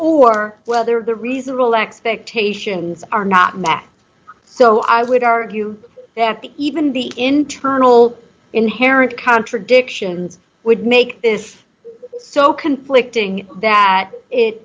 or whether the reasonable expectations are not met so i would argue that even the internal inherent contradictions would make this so conflicting that it